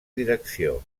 direcció